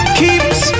keeps